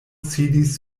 sidis